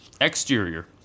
Exterior